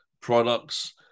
products